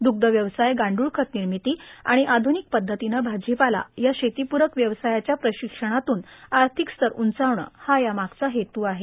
द्ग्धव्यवसाय गांडूळ खत र्नामती आर्गाण आर्ध्यानक पध्दतीनं भाजीपाला या शेतीपूरक व्यवसायाच्या प्राशक्षणातून आर्थिकस्तर उंचावण हा या मागचा हेतू आहे